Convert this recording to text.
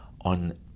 on